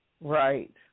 Right